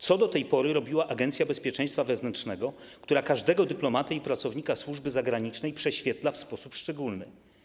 Co do tej pory robiła Agencja Bezpieczeństwa Wewnętrznego, która każdego dyplomatę i pracownika służby zagranicznej prześwietla w sposób szczególny?